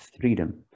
Freedom